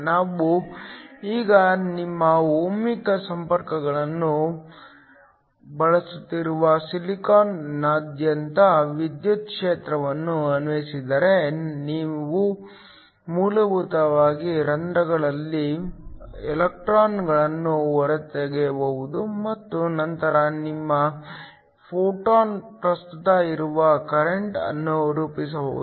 ನಾವು ಈಗ ನಿಮ್ಮ ಓಹ್ಮಿಕ್ ಸಂಪರ್ಕಗಳನ್ನು ಬಳಸುತ್ತಿರುವ ಸಿಲಿಕಾನ್ ನಾದ್ಯಂತ ವಿದ್ಯುತ್ ಕ್ಷೇತ್ರವನ್ನು ಅನ್ವಯಿಸಿದರೆ ನಾವು ಮೂಲಭೂತವಾಗಿ ರಂಧ್ರಗಳಲ್ಲಿ ಎಲೆಕ್ಟ್ರಾನ್ಗಳನ್ನು ಹೊರತೆಗೆಯಬಹುದು ಮತ್ತು ನಂತರ ನಿಮ್ಮ ಫೋಟೋ ಪ್ರಸ್ತುತ ಇರುವ ಕರೆಂಟ್ ಅನ್ನು ರೂಪಿಸಬಹುದು